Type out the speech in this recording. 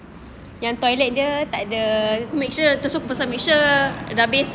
make sure tu pasang make sure dah best